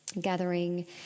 gathering